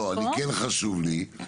כן חשוב לי.